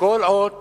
כל עוד